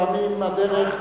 לפעמים הדרך,